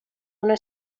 una